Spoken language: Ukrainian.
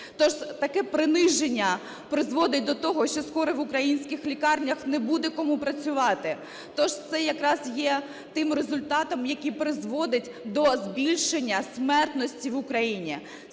То ж таке приниження призводить до того, що скоро в українських лікарнях не буде кому працювати. Тож це якраз є тим результатом, який призводить до збільшення смертності в Україні,